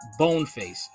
Boneface